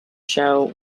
show